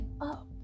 up